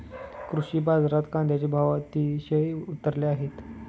कृषी बाजारात कांद्याचे भाव अतिशय उतरले आहेत